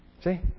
See